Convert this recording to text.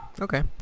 Okay